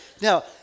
Now